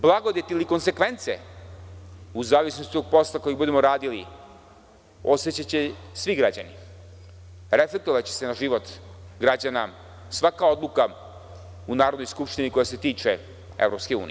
Blagodeti ili konsekvence, u zavisnosti od posla koji budemo radili, osećaće svi građani, reflektovaće se na život građana svaka odluka u Narodnoj skupštini koja se tiče EU.